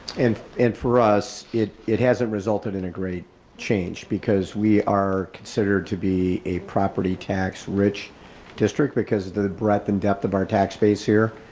and and for us, it it hasn't resulted in a great change because we are considered to be a property tax rich district because the breadth and depth of our tax base here,